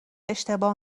اشتباه